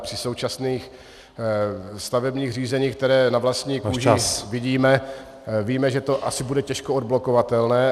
Při současných stavebních řízeních, která na vlastní kůži vidíme , víme, že to asi bude těžko odblokovatelné.